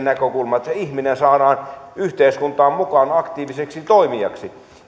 näkökulma että se ihminen saadaan yhteiskuntaan mukaan aktiiviseksi toimijaksi